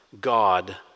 God